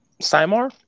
Simar